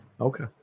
Okay